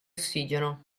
ossigeno